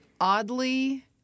oddly